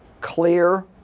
clear